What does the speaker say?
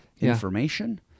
information